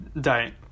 diet